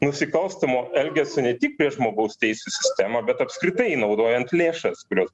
nusikalstamo elgesio ne tik prieš žmogaus teisių sistemą bet apskritai naudojant lėšas kurios